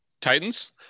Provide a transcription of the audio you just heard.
titans